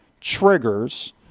triggers